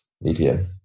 medium